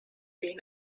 been